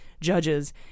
judges